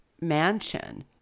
mansion